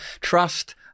Trust